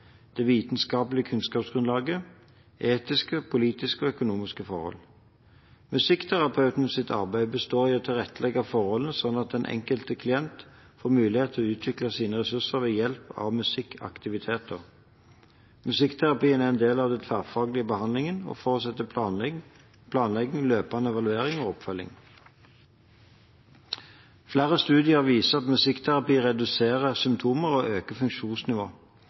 det vitenskapelige kunnskapsgrunnlaget og etiske, politiske og økonomiske forhold. Musikkterapeutens arbeid består i å tilrettelegge forholdene slik at den enkelte klient får mulighet til å utvikle sine ressurser ved hjelp av musikkaktiviteter. Musikkterapien er en del av en tverrfaglig behandling og forutsetter planlegging, løpende evaluering og oppfølging. Flere studier viser at musikkterapi reduserer symptomer og øker funksjonsnivået.